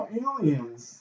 aliens